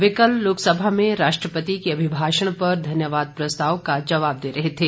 वे कल लोकसभा में राष्ट्रपति के अभिभाषण पर धन्यवाद प्रस्ताव का जवाब दे रहे थे